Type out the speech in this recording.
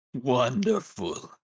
Wonderful